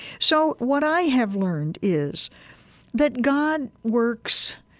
so what i have learned is that god works